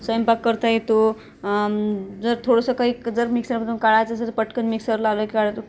स्वयंपाक करता येतो जर थोडंसं काही क जर मिक्सरमधून काळायचं जसं पटकन मिक्सर लावला की काळायचं